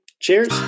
Cheers